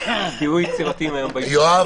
תהיו יצירתיים היום בישיבה.